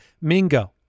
Mingo